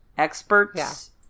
experts